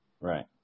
right